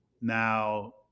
Now